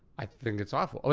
i think it's awful. like,